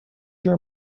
your